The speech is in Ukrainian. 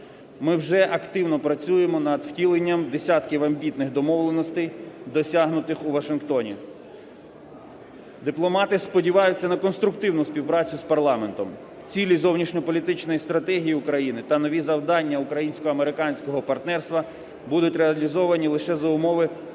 Ми вже активно працюємо над втіленням десятків амбітних домовленостей, досягнутих у Вашингтоні. Дипломати сподіваються на конструктивну співпрацю з парламентом. Цілі зовнішньополітичної стратегії України та нові завдання українсько-американського партнерства будуть реалізовані лише за умови